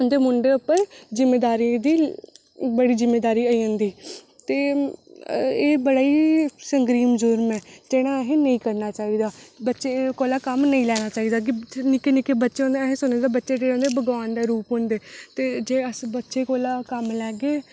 उंदे मुंढे उप्पर जिम्दामेरी बड़ी जिम्मेदारी आई जंदी ते एह् बड़ा ही संगीन जुर्म ऐ जेहड़ा असें नेईं करना चाहिदा बच्चें कोला कम्म नेईं लैना चाहिदा क्योंकि बच्चे निक्के निक्के बच्चे होंदे असें सुने दा बच्चे जेहड़े होंदे भगवान दा रुप होंदे ते जे अस बच्चे कोला कम्म लैगे ते